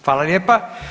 Hvala lijepa.